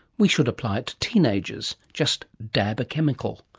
we should apply it to teenagers just dab a chemical.